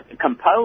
compose